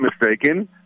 mistaken